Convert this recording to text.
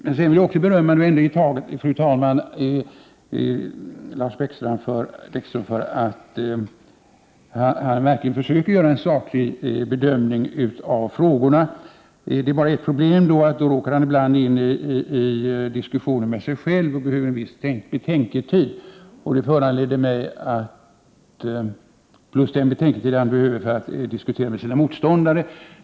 Jag vill även berömma Lars Bäckström för att han verkligen försöker göra en saklig bedömning av frågorna. Men då råkar han ibland in i en diskussion med sig själv och behöver en viss betänketid plus den betänketid som han behöver för att diskutera med sina motståndare.